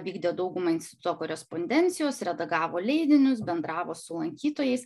vykdė daugumą instituto korespondencijos redagavo leidinius bendravo su lankytojais